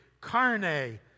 carne